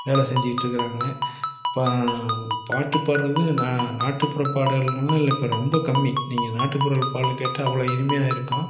வேலை செஞ்சிட்டுருக்குறாங்க இப்போ பாட்டு பாடுறது ந நாட்டுப்புற பாடல்களும் இதில் இப்போ ரொம்ப கம்மி நீங்கள் நாட்டுப்புற பாடல் கேட்டால் அவ்வளோ இனிமையாக இருக்கும்